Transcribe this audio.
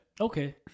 Okay